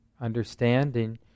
understanding